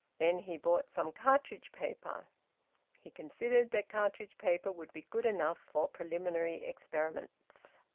then he bought some cartridge-paper he considered that cartridge-paper would be good enough for preliminary experiments.